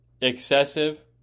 excessive